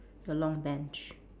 the long bench